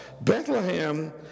Bethlehem